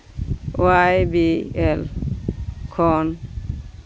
Y B L ᱠᱷᱚᱱ